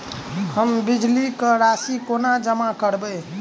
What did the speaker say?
हम बिजली कऽ राशि कोना जमा करबै?